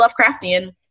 Lovecraftian